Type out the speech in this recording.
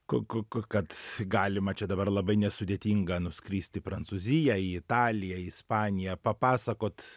ko ko ko kad galima čia dabar labai nesudėtinga nuskrist į prancūziją į italiją ispaniją papasakot